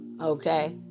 okay